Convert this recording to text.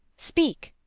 speak.